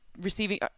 receiving